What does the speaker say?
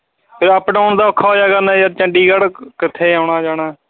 ਅਤੇ up down ਦਾ ਔਖਾ ਹੋ ਜਾਇਆ ਕਰਨਾ ਯਾਰ ਚੰਡੀਗੜ੍ਹ ਕਿਥੇ ਆਉਣਾ ਜਾਣਾ